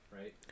right